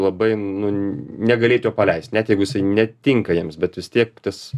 labai nu negalėt jo paleist net jeigu jisai netinka jiems bet vis tiek tas